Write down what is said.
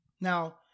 Now